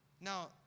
Now